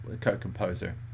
co-composer